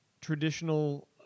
traditional